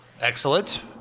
Excellent